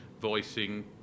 voicing